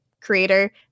creator